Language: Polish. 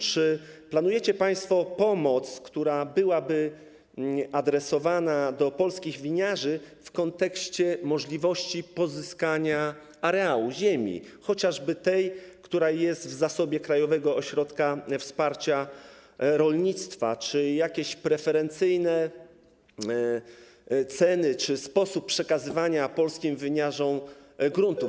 Czy planujecie państwo pomoc, która byłaby adresowana do polskich winiarzy, w zakresie możliwości pozyskania areału ziemi, chociażby tej, która jest w zasobie Krajowego Ośrodka Wsparcia Rolnictwa, czy jakieś preferencyjne ceny, czy sposób przekazywania polskim winiarzom gruntów?